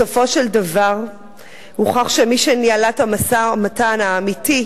בסופו של דבר הוכח שמי שניהלה את המשא-ומתן האמיתי,